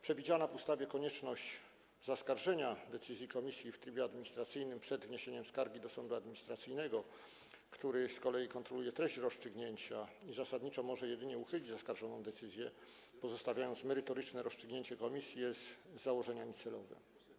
Przewidziana w ustawie konieczność zaskarżenia decyzji komisji w trybie administracyjnym przed wniesieniem skargi do sądu administracyjnego, który z kolei kontroluje treść rozstrzygnięcia i zasadniczo może jedynie uchylić zaskarżoną decyzję, pozostawiając merytoryczne rozstrzygnięcie komisji, jest założeniem celowym.